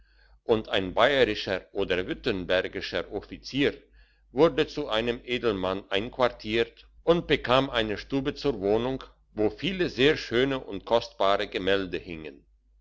und ein bayerischer oder württembergischer offizier wurde zu einem edelmann einquartiert und beikam eine stube zur wohnung wo viele sehr schöne und kostbare gemälde hingen